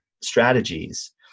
strategies